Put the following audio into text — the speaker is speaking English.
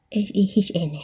S_H_N